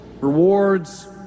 rewards